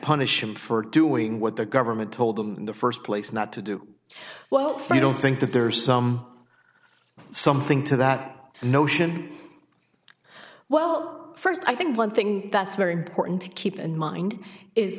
punish him for doing what the government told them in the first place not to do well for i don't think that there are some something to that notion well first i think one thing that's very important to keep in mind is